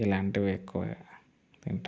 ఇలాంటివి ఎక్కువ తింటాం